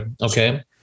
okay